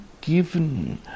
given